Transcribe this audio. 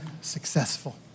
successful